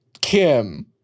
Kim